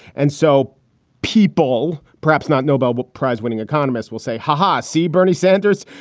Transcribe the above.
and so people perhaps not nobel but prize winning economist will say, ha, ha, see bernie sanders,